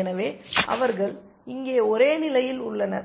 எனவே அவர்கள் இங்கே ஒரே நிலையில் உள்ளனர்